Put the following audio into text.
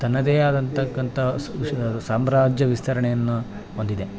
ತನ್ನದೇ ಆದಂತಕ್ಕಂಥ ಸು ಶಾ ಸಾಮ್ರಾಜ್ಯ ವಿಸ್ತರಣೆಯನ್ನು ಹೊಂದಿದೆ